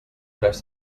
tres